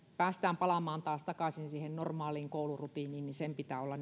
päästään palaamaan taas takaisin siihen normaaliin koulurutiiniin pitää olla